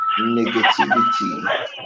negativity